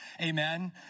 Amen